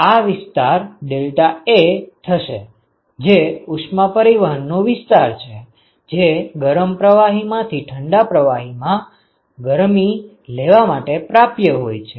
તો આ વિસ્તાર ડેલ્ટા એ થશે જે ઉષ્મા પરિવહનનું વિસ્તાર છે જે ગરમ પ્રવાહીમાંથી ઠંડા પ્રવાહીમાં ગરમી લેવા માટે પ્રાપ્ય હોય છે